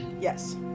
Yes